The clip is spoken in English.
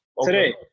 Today